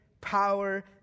power